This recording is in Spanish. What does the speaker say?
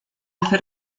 hace